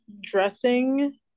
dressing